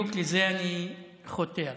בדיוק לזה אני חותר.